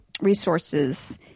resources